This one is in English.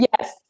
Yes